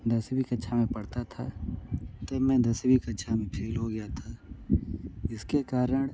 दसवीं कक्षा में पढ़ता था तो मैं दसवीं कक्षा में फेल हो गया था इसके कारण